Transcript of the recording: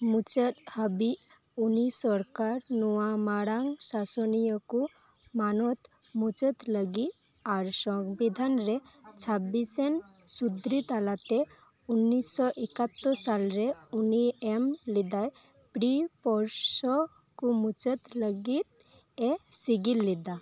ᱢᱩᱪᱟᱹᱫ ᱦᱟᱹᱵᱤᱡ ᱩᱱᱤ ᱥᱚᱨᱠᱟᱨ ᱱᱩᱭ ᱢᱟᱨᱟᱝ ᱥᱟᱥᱚᱱᱤᱭᱟᱹ ᱠᱚ ᱢᱟᱱᱚᱛ ᱢᱩᱪᱟᱹᱫ ᱞᱟᱹᱜᱤᱫ ᱟᱨ ᱥᱚᱝᱵᱤᱫᱷᱟᱱ ᱨᱮ ᱪᱷᱟᱵᱵᱤᱥ ᱟᱱ ᱥᱩᱫᱷᱨᱟᱹᱣ ᱛᱟᱞᱟᱛᱮ ᱩᱱᱤᱥᱥᱚ ᱮᱠᱟᱛᱛᱳᱨ ᱥᱟᱞᱨᱮ ᱩᱱᱤᱭ ᱮᱢᱞᱮᱫ ᱯᱨᱤᱭᱤ ᱯᱚᱨᱚᱥ ᱠᱚ ᱢᱩᱪᱟᱹᱫ ᱞᱟᱹᱜᱤᱫ ᱮ ᱥᱤᱜᱤᱞ ᱞᱮᱫᱟ